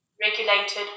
regulated